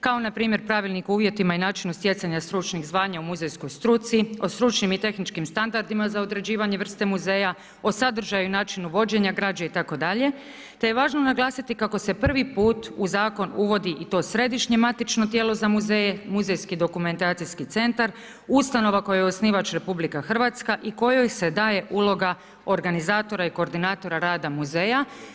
kao npr. pravilnik o uvjetima i načinu stjecanja stručnih zvanja u muzejskoj struci, o stručnim i tehničkim standardima za određivanje vrste muzeja, o sadržaju i načinu vođenja, građe itd., te je važno naglasiti kako se prvi put u Zakon uvodi i to središnje matično tijelo za muzeje, muzejski dokumentacijski centar, ustanova kojoj je osnivač RH i kojoj se daje uloga organizatora i koordinatora rada muzeja.